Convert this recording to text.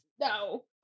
No